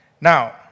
Now